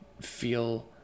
feel